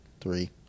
Three